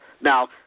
Now